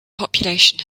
population